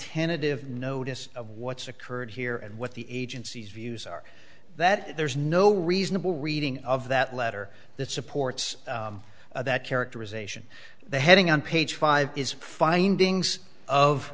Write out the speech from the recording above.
tentative notice of what's occurred here and what the agency's views are that there's no reasonable reading of that letter that supports that characterization the heading on page five is findings of